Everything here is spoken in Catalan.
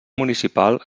municipal